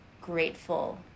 grateful